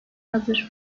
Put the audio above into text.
hazır